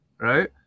right